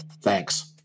Thanks